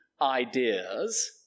ideas